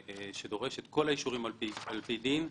שדורש את כל האישורים על פי דין,